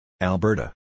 Alberta